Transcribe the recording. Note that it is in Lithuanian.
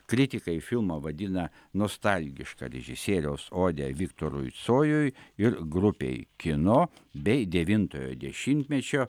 kritikai filmą vadina nostalgiška režisieriaus ode viktorui cojui ir grupei kino bei devintojo dešimtmečio